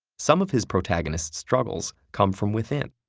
some of his protagonists' struggles come from within.